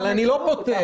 אבל אני לא פותר.